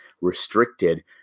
restricted